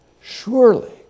surely